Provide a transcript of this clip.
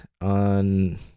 on